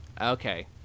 Okay